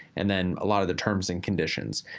and then a lot of the terms and conditions.